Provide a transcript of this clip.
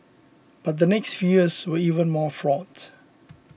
but the next few years were even more fraught